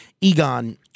Egon